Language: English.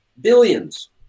billions